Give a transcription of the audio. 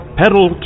pedal